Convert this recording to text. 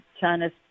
China's